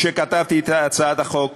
כשכתבתי את הצעת החוק,